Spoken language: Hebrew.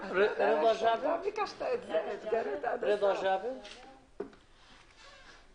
מנהלת שותפה של מיזם קהילות בטוחות